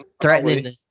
threatening